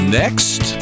next